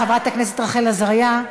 חברת הכנסת רחל עזריה,